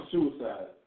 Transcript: Suicide